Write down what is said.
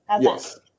Yes